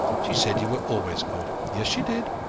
she said you were always good yes, she did.